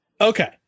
okay